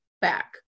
back